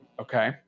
okay